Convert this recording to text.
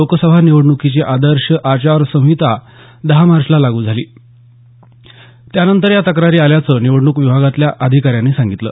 लोकसभा निवडणुकीची आदर्श आचारसंहिता दहा मार्चला लागू झाली त्यानंतरच या तक्रारी आल्याचं निवडणूक विभागातल्या अधिकाऱ्यांनी सांगितलं